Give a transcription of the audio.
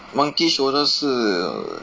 monkey shoulder 是